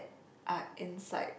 are inside